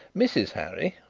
mrs. harry,